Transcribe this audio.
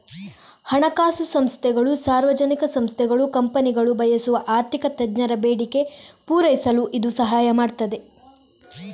ಹಣಕಾಸು ಸಂಸ್ಥೆಗಳು, ಸಾರ್ವಜನಿಕ ಸಂಸ್ಥೆಗಳು, ಕಂಪನಿಗಳು ಬಯಸುವ ಆರ್ಥಿಕ ತಜ್ಞರ ಬೇಡಿಕೆ ಪೂರೈಸಲು ಇದು ಸಹಾಯ ಮಾಡ್ತದೆ